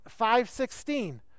5.16